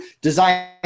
design